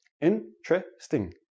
Interesting